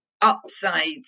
upsides